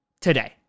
today